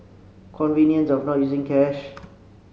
convenience of not using cash